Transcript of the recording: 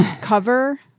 cover